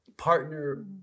partner